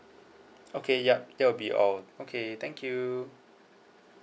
okay yup that will be all okay thank you